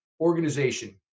organization